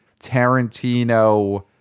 Tarantino